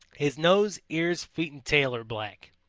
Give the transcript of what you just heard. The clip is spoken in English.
his nose, ears, feet and tail are black.